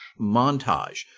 montage